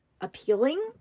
appealing